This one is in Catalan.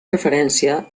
referència